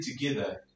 together